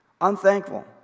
unthankful